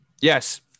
yes